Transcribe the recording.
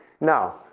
now